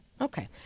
Okay